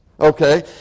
Okay